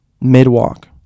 Mid-walk